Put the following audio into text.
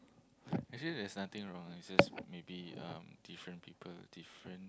actually there's nothing wrong it's just maybe um different people different